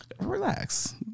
Relax